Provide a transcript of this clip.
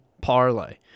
parlay